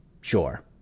sure